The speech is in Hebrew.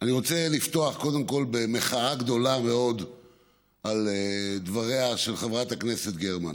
אני רוצה לפתוח קודם כול במחאה גדולה מאוד על דבריה של חברת הכנסת גרמן.